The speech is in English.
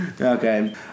Okay